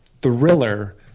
thriller